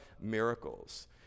miracles